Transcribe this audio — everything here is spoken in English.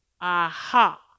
Aha